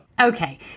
Okay